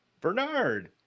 Bernard